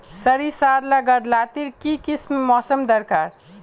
सरिसार ला गार लात्तिर की किसम मौसम दरकार?